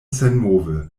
senmove